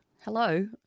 Hello